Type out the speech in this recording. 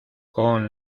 con